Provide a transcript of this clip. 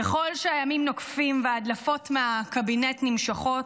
ככל שהימים נוקפים וההדלפות מהקבינט נמשכות,